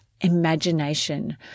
imagination